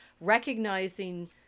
recognizing